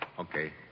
Okay